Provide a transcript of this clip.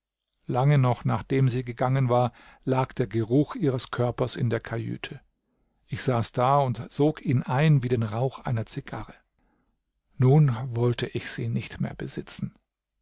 lange noch nachdem sie gegangen war lag der geruch ihres körpers in der kajüte ich saß da und sog ihn ein wie den rauch einer zigarre nun wollte ich sie nicht mehr besitzen